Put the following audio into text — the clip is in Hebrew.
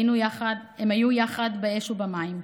הם היו יחד באש ובמים.